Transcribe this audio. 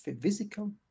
physical